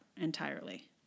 entirely